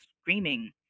screaming